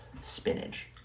spinach